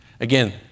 Again